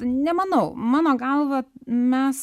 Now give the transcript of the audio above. nemanau mano galva mes